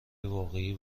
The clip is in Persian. واقعی